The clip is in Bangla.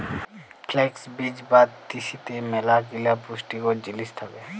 ফ্লেক্স বীজ বা তিসিতে ম্যালাগিলা পুষ্টিকর জিলিস থ্যাকে